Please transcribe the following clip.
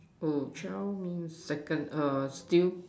oh child means second err still